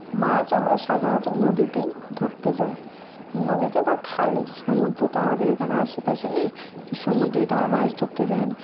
মাছ আমরা সাধারণত নদীতেই ধরতে যাই নদীতে বা খালে সমুদ্র তো আমাদের এখানে আশেপাশে নেই তো সমুদ্রেতে আমরা মাছ ধরতে যাই না